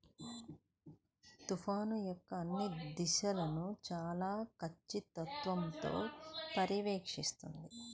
తుఫాను యొక్క అన్ని దశలను చాలా ఖచ్చితత్వంతో పర్యవేక్షిస్తుంది